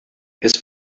his